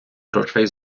грошей